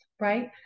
right